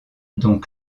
dont